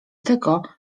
tego